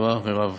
מרב מיכאלי,